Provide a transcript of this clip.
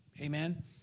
Amen